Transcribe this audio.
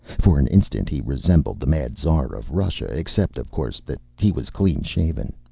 for an instant he resembled the mad tsar of russia, except, of course, that he was clean-shaven.